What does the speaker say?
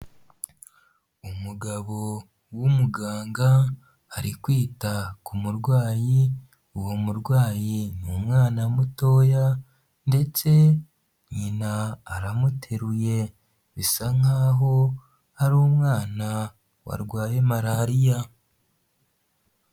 Umugabo w'umuganga ari kwita ku kumurwayi, uwo murwayi ni umwana mutoya, ndetse nyina aramuteruye, bisa nk'aho ari umwana warwaye malariya.